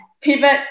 pivot